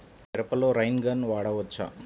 మిరపలో rain gun వాడవచ్చా?